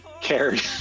cared